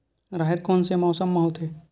राहेर कोन से मौसम म होथे?